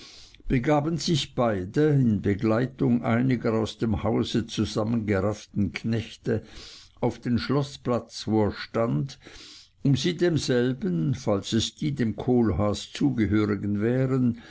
begaben sich beide in begleitung einiger aus dem hause zusammengerafften knechte auf den schloßplatz wo er stand um sie demselben falls es die dem kohlhaas zugehörigen wären